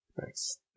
Thanks